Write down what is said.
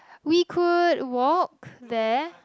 we could walk there